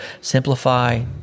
simplify